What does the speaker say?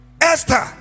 Esther